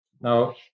Now